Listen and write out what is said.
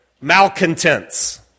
malcontents